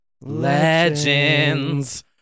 Legends